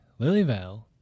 Lilyvale